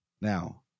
now